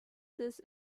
this